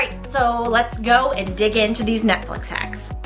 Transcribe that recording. like so let's go and dig into these netflix hacks.